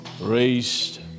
raised